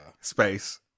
space